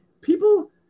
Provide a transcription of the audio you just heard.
people